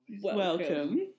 welcome